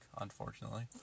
Unfortunately